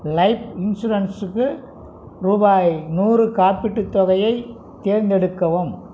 life இன்சூரன்ஸுக்கு ரூபாய் நூறு காப்பீட்டுத் தொகையை தேர்ந்தெடுக்கவும்